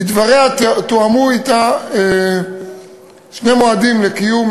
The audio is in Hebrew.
לדבריה תואמו אותה שני מועדים לקיום